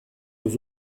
aux